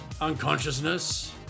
unconsciousness